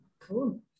cool